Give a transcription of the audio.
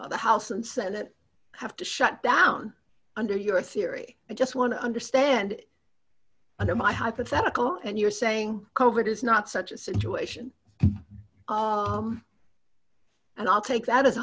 that the house and senate have to shut down under your theory i just want to understand under my hypothetical and you're saying covert is not such a situation and i'll take th